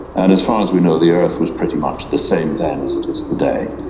and as far as we know the earth was pretty much the same then as it is today.